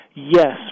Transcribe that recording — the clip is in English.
Yes